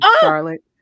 Charlotte